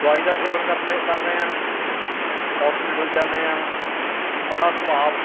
ਦਵਾਈ ਦਾ ਸੇਵਨ ਕਰਨੇ ਕਰ ਰਹੇ ਹਾਂ ਹੋਸਪਿਟਲ ਜਾਂਦੇ ਹਾਂ ਥੋੜ੍ਹਾ ਸੁਭਾਅ